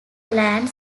land